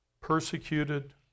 persecuted